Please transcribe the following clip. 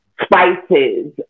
spices